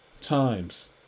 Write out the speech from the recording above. times